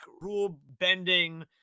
rule-bending